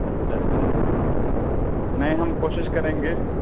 اچھا اچھا اچھا نہیں ہم کوشش کریں گے